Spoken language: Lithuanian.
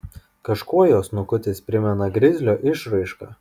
kažkuo jo snukutis primena grizlio išraišką